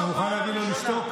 אתה מוכן להגיד לו לשתוק?